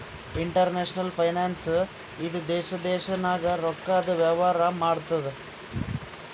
international finance ಇದು ದೇಶದಿಂದ ದೇಶ ನಾಗ್ ರೊಕ್ಕಾದು ವೇವಾರ ಮಾಡ್ತುದ್